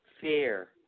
fear